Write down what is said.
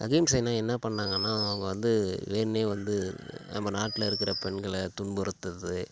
அகிம்சையில் என்ன பண்ணாங்கனா அவங்க வந்து வேணும்னே வந்து நம்ம நாட்டில் இருக்கிற பெண்களை துன்புறுத்துகிறது